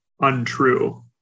untrue